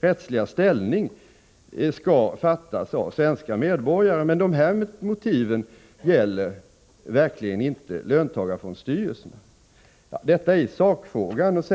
rättsliga ställning skall fattas av svenska medborgare, men dessa motiv gäller verkligen inte löntagarfondsstyrelserna. Detta i sakfrågan.